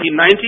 1990